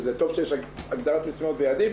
טוב שיש הגדרות מסוימות ויעדים,